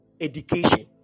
education